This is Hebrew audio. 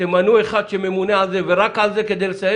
תמנו אחד שממונה על זה ורק על זה כדי לסיים